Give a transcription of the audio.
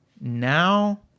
now